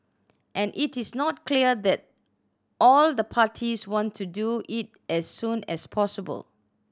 and it is not clear that all the parties want to do it as soon as possible